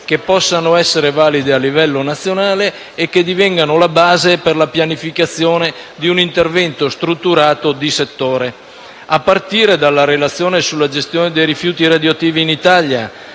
che possano essere valide a livello nazionale e che divengano la base per la pianificazione di un intervento strutturato di settore, a partire dalla relazione sulla gestione dei rifiuti radioattivi in Italia,